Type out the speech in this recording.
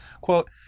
Quote